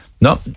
no